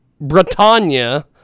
Britannia